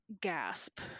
gasp